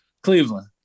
Cleveland